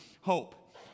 hope